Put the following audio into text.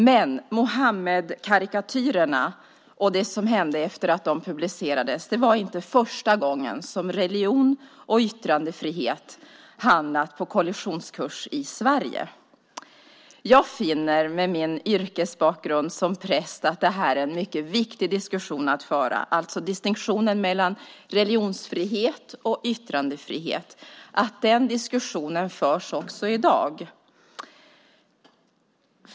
Men när det gäller Muhammedkarikatyrerna och det som hände efter det att dessa publicerats var det inte första gången som religions och yttrandefriheten hamnat på kollisionskurs i Sverige. Med min yrkesbakgrund som präst finner jag att det är mycket viktigt att föra en diskussion om distinktionen mellan religionsfrihet och yttrandefrihet och att den diskussionen förs också i dag.